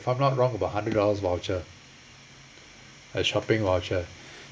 if I'm not wrong about hundred dollars voucher a shopping voucher